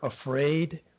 afraid